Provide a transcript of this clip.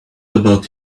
about